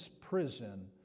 prison